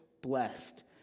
Blessed